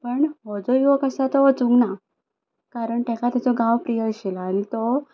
पण हो जो लोक आसा तो वचोंक ना कारण तेका तेचो गांव प्रीय आशिल्लो आनी तो